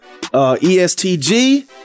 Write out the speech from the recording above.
ESTG